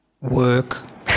work